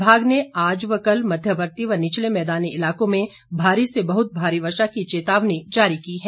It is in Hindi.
विभाग ने आज व कल मध्यवर्ती व निचले मैदानी इलाकों में भारी से बहुत भारी वर्षा की चेतावनी जारी की है